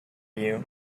you